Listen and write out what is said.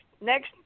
next